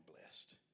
blessed